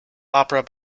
opera